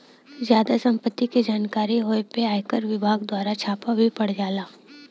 जादा सम्पत्ति के जानकारी होए पे आयकर विभाग दवारा छापा भी पड़ जाला